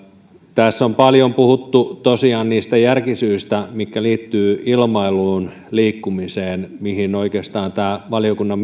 tässä on paljon puhuttu tosiaan niistä järkisyistä mitkä liittyvät ilmailuun liikkumiseen ja mihin oikeastaan tämä valiokunnan